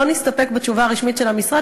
לא נסתפק בתשובה הרשמית של המשרד,